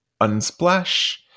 Unsplash